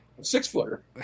six-footer